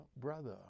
brother